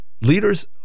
Leaders